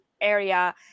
area